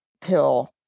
till